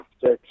six